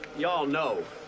y'all know